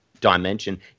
dimension